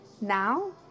now